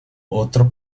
otro